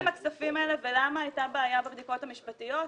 מהם הכספים האלה ולמה היתה בעיה בבדיקות המשפטיות?